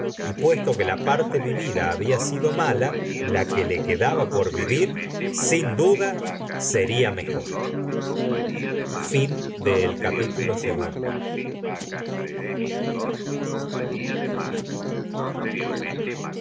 y puesto que la parte vivida había sido mala la que le quedaba por vivir sin duda sería mejor